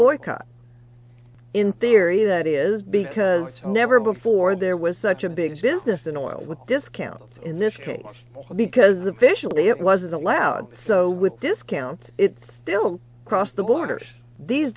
boycott in theory that is because from never before there was such a big business in oil with discounts in this case because officially it wasn't allowed so with discount it still crossed the borders these